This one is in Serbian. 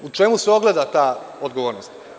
U čemu se ogleda ta odgovornost?